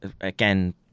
again